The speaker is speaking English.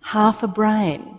half a brain.